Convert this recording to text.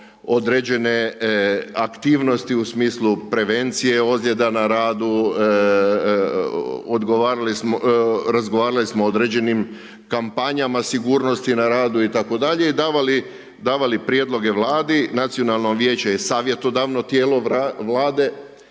određene aktivnosti u smislu prevencije ozljeda na radu. Razgovarali smo o određenim kampanjama sigurnosti na radu itd. i davali prijedloge Vladi. Nacionalno vijeće je savjetodavno tijelo Vlade